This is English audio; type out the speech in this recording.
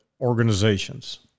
organizations